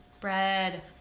bread